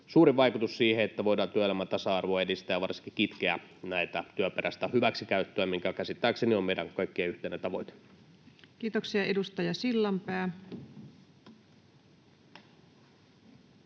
suuri vaikutus siihen, että voidaan työelämän tasa-arvoa edistää ja varsinkin kitkeä työperäistä hyväksikäyttöä, mikä käsittääkseni on meidän kaikkien yhteinen tavoite. Kiitoksia. — Edustaja Sillanpää.